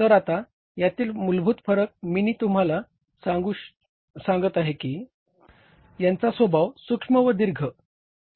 तर आता यातील मूलभूत फरक मिनी तुम्हला सांगत आहे की यांचा स्वभाव सूक्ष्म